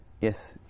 yes